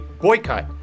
boycott